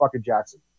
Jackson